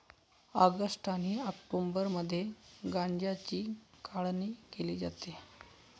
August आणि ऑक्टोबरमध्ये गांज्याची काढणी केली जाते